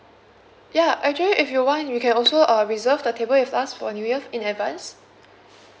ya actually if you want you can also uh reserve the table with us for new year in advance